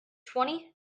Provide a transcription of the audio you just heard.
twenty